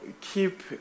keep